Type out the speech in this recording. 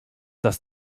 dass